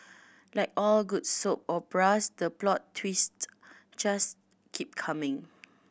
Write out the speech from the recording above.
like all good soap operas the plot twist just keep coming